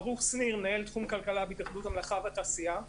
אני מנהל תחום כלכלה בהתאחדות המלאכה והתעשייה.